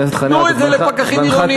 תנו את זה לפקחים עירוניים.